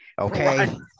Okay